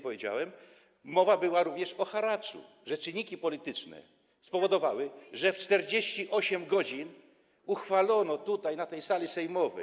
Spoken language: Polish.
powiedziałem, mowa była również o haraczu, o tym, że czynniki polityczne spowodowały, że w 48 godzin uchwalono tutaj, na tej sali sejmowej.